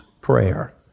prayer